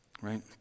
right